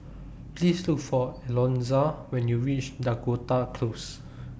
Please Look For Alonza when YOU REACH Dakota Close